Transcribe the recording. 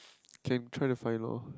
can try to find lor